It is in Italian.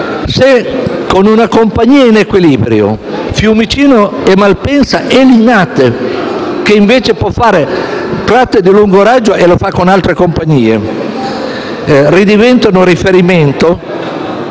Se, con una compagnia in equilibrio, Fiumicino, Malpensa e Linate (che invece può fare tratte di lungo raggio e lo fa con altre compagnie) ridiventano un punto